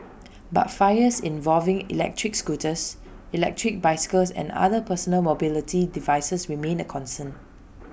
but fires involving electric scooters electric bicycles and other personal mobility devices remain A concern